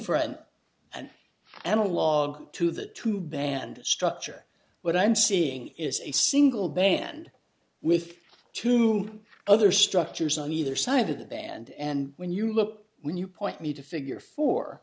for an an analog to that to band structure what i'm seeing is a single band with two mm other structures on either side of the band and when you look when you point me to figure fo